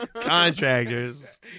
contractors